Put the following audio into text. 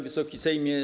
Wysoki Sejmie!